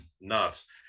nuts